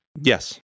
yes